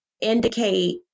indicate